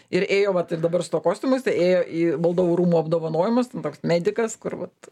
ir ėjo vat ir dabar su tuo kostiumu jisai ėjo į valdovų rūmų apdovanojimus ten toks medikas kur vat